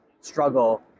struggle